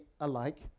alike